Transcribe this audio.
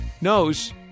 knows